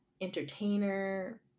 entertainer